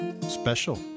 special